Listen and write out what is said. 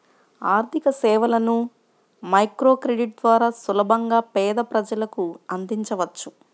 ఆర్థికసేవలను మైక్రోక్రెడిట్ ద్వారా సులభంగా పేద ప్రజలకు అందించవచ్చు